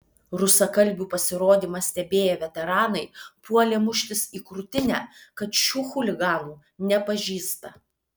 rusakalbių pasirodymą stebėję veteranai puolė muštis į krūtinę kad šių chuliganų nepažįsta